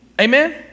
Amen